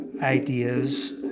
ideas